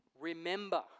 Remember